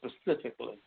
specifically